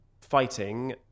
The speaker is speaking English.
fighting